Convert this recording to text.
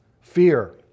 fear